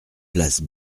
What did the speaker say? place